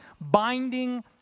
binding